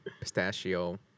Pistachio